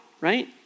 right